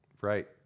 Right